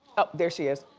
oh, there she is.